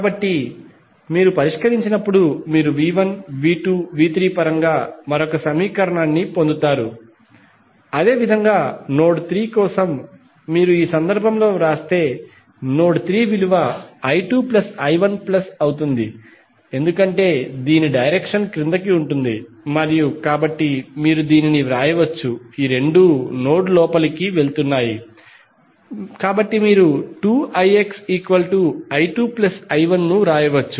కాబట్టి మీరు పరిష్కరించినప్పుడు మీరు V1V2V3 పరంగా మరొక సమీకరణాన్ని పొందుతారు అదేవిధంగా నోడ్ 3 కోసం మీరు ఈ సందర్భంలో వ్రాస్తే నోడ్ 3 విలువ I2I1 ప్లస్ అవుతుంది ఎందుకంటే దీని డైరెక్షన్ క్రిందికి ఉంటుంది కాబట్టి మీరు దీనిని వ్రాయవచ్చు ఈ రెండూ నోడ్ లోకి వెళుతున్నాయి కాబట్టి మీరు 2ixI2I1ను వ్రాయవచ్చు